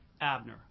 Abner